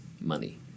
money